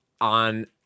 on